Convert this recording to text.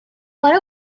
one